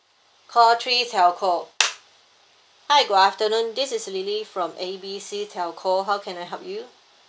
call three telco hi good afternoon this is lily from A B C telco how can I help you